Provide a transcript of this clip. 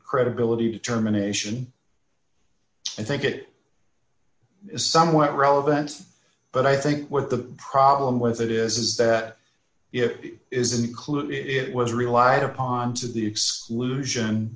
credibility terminations i think it is somewhat relevant but i think what the problem with it is is that if it is included it was relied upon to the exclusion